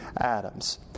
Adam's